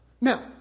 Now